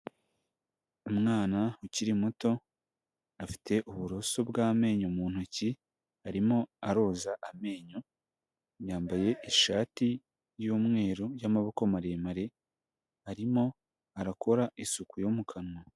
Umwana ukiri muto afite uburoso bw'amenyo mu ntoki, arimo aroza amenyo, yambaye ishati y'umweru y'amaboko maremare, arimo arakora isuku yo mu kanwa.